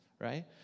right